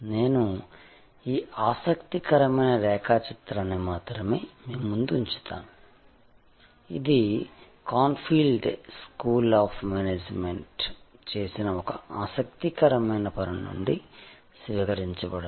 నేను ఈ ఆసక్తికరమైన రేఖాచిత్రాన్ని మాత్రమే మీ ముందు ఉంచుతాను ఇది క్రాన్ఫీల్డ్ స్కూల్ ఆఫ్ మేనేజ్మెంట్లో చేసిన ఒక ఆసక్తికరమైన పని నుండి స్వీకరించబడింది